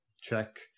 check